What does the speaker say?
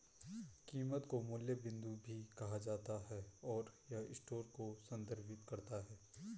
कीमत को मूल्य बिंदु भी कहा जाता है, और यह स्टोर को संदर्भित करता है